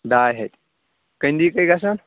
ڈاے ہَتہِ کٔنٛدی کٔہۍ گَژھان